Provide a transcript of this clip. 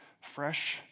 fresh